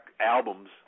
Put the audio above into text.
albums